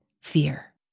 fear